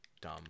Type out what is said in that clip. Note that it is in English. Dumb